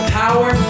power